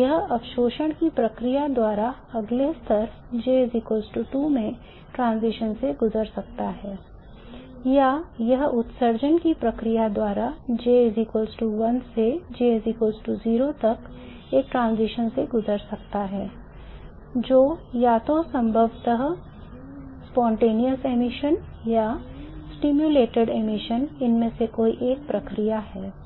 यह अवशोषण की प्रक्रिया द्वारा अगले स्तर J 2 में transition से गुजर सकता है या यह उत्सर्जन की प्रक्रिया द्वारा J 1 से J 0 तक एक transition से गुजर सकता है जो या तो स्वतःस्फूर्त उत्सर्जन इनमें से कोई एक प्रक्रिया है